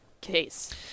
case